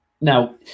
Now